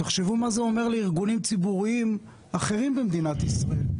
תחשבו מה זה אומר לארגונים ציבוריים אחרים במדינת ישראל.